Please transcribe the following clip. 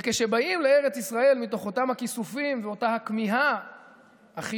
וכשבאים לארץ ישראל מתוך אותם הכיסופים ואותה הכמיהה החיובית,